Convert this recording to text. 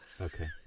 Okay